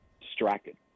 distracted